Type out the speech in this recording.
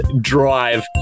drive